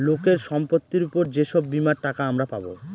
লোকের সম্পত্তির উপর যে সব বীমার টাকা আমরা পাবো